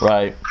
Right